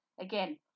Again